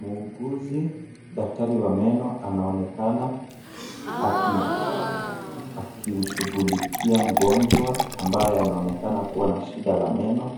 Muuguzi, daktari wa meno anaonekana akumshugulikia mgonjwa ambaye anaonekana kuwa na shida la meno.